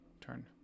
turn